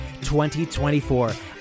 2024